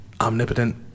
omnipotent